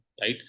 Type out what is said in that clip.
right